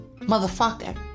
motherfucker